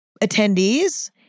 attendees